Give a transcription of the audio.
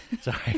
sorry